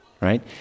right